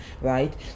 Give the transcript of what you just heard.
right